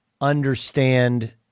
understand